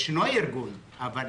יש ארגון אבל